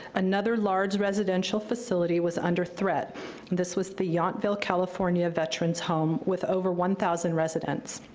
another large residential facility was under threat this was the yountville california veterans' home, with over one thousand residents.